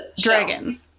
dragon